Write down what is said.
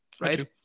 right